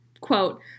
quote